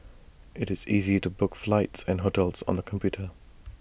IT is easy to book flights and hotels on the computer